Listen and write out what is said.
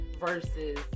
versus